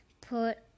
Put